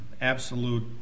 absolute